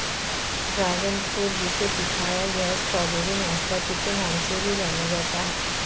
dragon fruit जिसे pitaya या strawberry नाशपाती के नाम से भी जाना जाता है